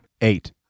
Eight